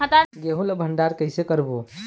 गेहूं ला भंडार कई से करबो?